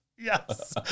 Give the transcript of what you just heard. Yes